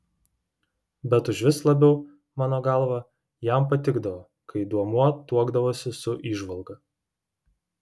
bet užvis labiau mano galva jam patikdavo kai duomuo tuokdavosi su įžvalga